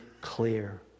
clear